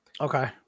Okay